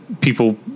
people